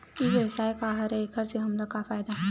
ई व्यवसाय का हरय एखर से हमला का फ़ायदा हवय?